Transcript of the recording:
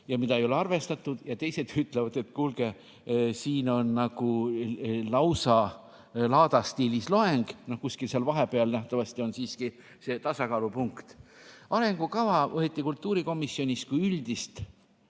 aga mida ei ole arvestatud, ja kui teised ütlevad, et kuulge, siin on lausa laadastiilis loeng. Kuskil seal vahepeal nähtavasti on siiski see tasakaalupunkt. Arengukava võeti kultuurikomisjonis kui üldist